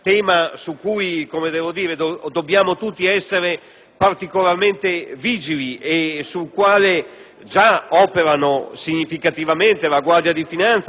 particolarmente vigili e sul quale già opera significativamente la Guardia di finanza. Ma l'attenzione deve essere assolutamente alta.